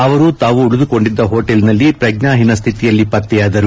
ಅವರು ತಾವು ಉಳಿದುಕೊಂಡಿದ್ದ ಹೋಟೆಲ್ನಲ್ಲಿ ಪ್ರಜ್ಞಾಹೀನ ಶ್ಥಿತಿಯಲ್ಲಿ ಪತ್ತೆಯಾದರು